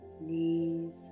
knees